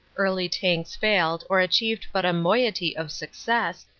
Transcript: early tanks failed, or achieved but a moiety of success,